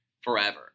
forever